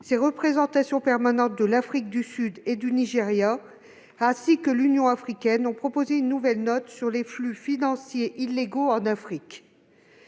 ses représentations permanentes de l'Afrique du Sud et du Nigéria ainsi que l'Union africaine ont présenté une nouvelle note sur les flux financiers illégaux en Afrique.